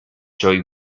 joy